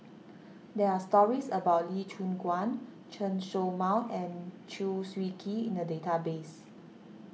there are stories about Lee Choon Guan Chen Show Mao and Chew Swee Kee in the database